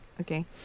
okay